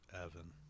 Evan